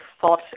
thought